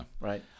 Right